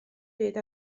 byd